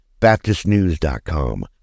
baptistnews.com